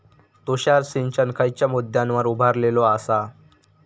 तुषार सिंचन खयच्या मुद्द्यांवर उभारलेलो आसा?